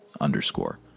underscore